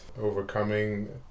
overcoming